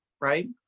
right